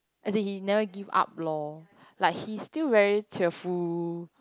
as in he never give up lor like he still very cheerful